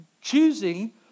choosing